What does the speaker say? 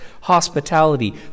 hospitality